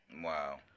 Wow